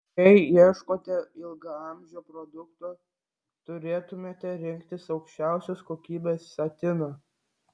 jei ieškote ilgaamžio produkto turėtumėte rinktis aukščiausios kokybės satiną